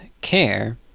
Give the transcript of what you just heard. care